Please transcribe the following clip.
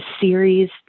series